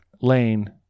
Lane